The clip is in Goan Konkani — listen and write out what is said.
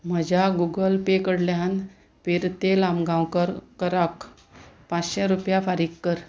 म्हज्या गुगल पे कडल्यान पेरते लामगांवकर कराक पांचशे रुपया फारीक कर